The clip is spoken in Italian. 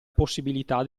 possibilità